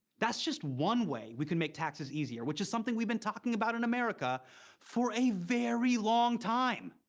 that's just one way we could make taxes easier, which is something we've been talking about in america for a very long time.